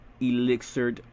elixir